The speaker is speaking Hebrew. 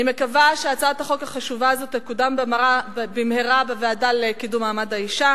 אני מקווה שהצעת החוק החשובה הזו תקודם במהרה בוועדה לקידום מעמד האשה,